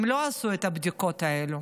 הם לא עשו את הבדיקות האלה.